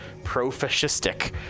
pro-fascistic